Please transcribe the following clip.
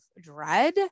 dread